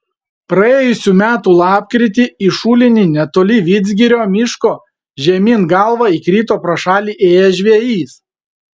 praėjusių metų lapkritį į šulinį netoli vidzgirio miško žemyn galva įkrito pro šalį ėjęs žvejys